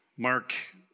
Mark